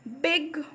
big